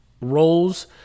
roles